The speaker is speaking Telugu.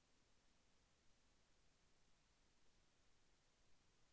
ఇంటర్మీడియట్ చదవడానికి ఋణం ఎంత ఇస్తారు?